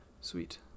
Sweet